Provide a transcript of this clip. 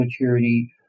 maturity